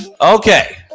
okay